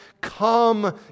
come